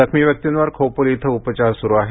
जखमी व्यक्तींवर खोपोली इथे उपचार सुरू आहेत